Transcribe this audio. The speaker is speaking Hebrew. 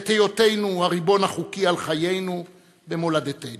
את היותנו הריבון החוקי על חיינו, במולדתנו.